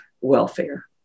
welfare